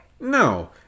No